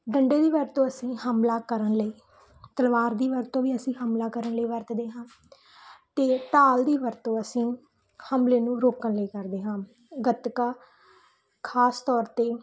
ਡੰਡੇ ਦੀ ਵਰਤੋਂ ਅਸੀਂ ਹਮਲਾ ਕਰਨ ਲਈ ਤਲਵਾਰ ਦੀ ਵਰਤੋਂ ਵੀ ਅਸੀਂ ਹਮਲਾ ਕਰਨ ਲਈ ਵਰਤਦੇ ਹਾਂ ਅਤੇ ਢਾਲ ਦੀ ਵਰਤੋਂ ਅਸੀਂ ਹਮਲੇ ਨੂੰ ਰੋਕਣ ਲਈ ਕਰਦੇ ਹਾਂ ਗੱਤਕਾ ਖ਼ਾਸ ਤੌਰ 'ਤੇ